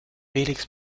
felix